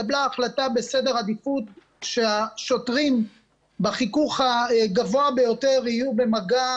התקבלה החלטה בסדר עדיפות שהשוטרים בחיכוך הגבוה ביותר שיהיו במגע